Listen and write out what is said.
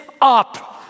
up